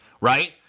right